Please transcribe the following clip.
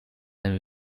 een